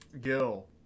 Gil